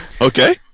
Okay